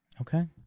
Okay